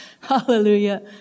Hallelujah